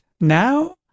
Now